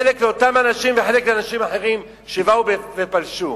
חלק לאותם אנשים וחלק לאחרים שבאו ופלשו.